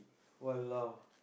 !walao!